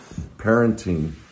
parenting